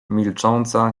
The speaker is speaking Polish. milcząca